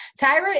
Tyra